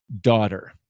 daughter